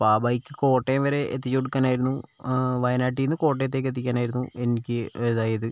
അപ്പം ആ ബൈക്ക് കോട്ടയം വരെ എത്തിച്ചു കൊടുക്കാനായിരുന്നു വയനാട്ടിൽ നിന്ന് കോട്ടയത്തേക്ക് എത്തിക്കാനായിരുന്നു എനിക്ക് അതായത്